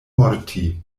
morti